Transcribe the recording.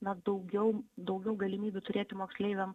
na daugiau daugiau galimybių turėti moksleiviam